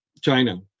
China